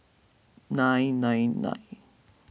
nine nine nine